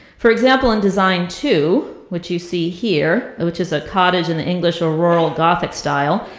for example, in design two, which you see here, which is a cottage in the english or rural gothic style,